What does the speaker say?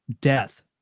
death